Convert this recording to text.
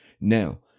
Now